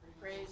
Praise